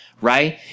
right